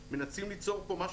מנסים ליצור פה איזושהי מלחמה,